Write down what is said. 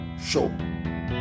show